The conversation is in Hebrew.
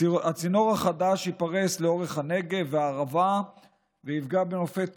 3. הצינור החדש ייפרס לאורך הנגב והערבה ויפגע בנופי טבע.